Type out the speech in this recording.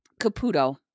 Caputo